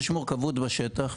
יש מורכבות בשטח,